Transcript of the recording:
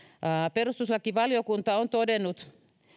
perustuslakivaliokunta on todennut